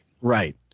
Right